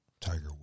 Tiger